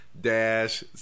dash